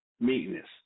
meekness